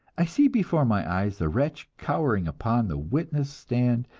i see before my eyes the wretch cowering upon the witness stand,